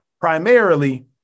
Primarily